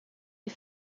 est